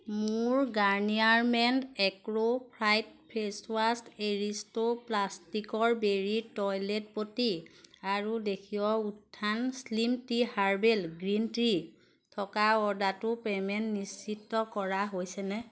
মোৰ গাৰ্নিয়াৰ men acne fight face wash এৰিষ্টো প্লাষ্টিকৰ বেবী টয়লেট পটি আৰু দেশীয় উত্থান slim tea herbal green tea থকা অৰ্ডাৰটোৰ পে'মেণ্ট নিশ্চিত কৰা হৈছেনে